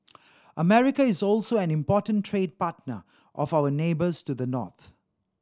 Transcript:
America is also an important trade partner of our neighbours to the north